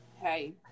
hey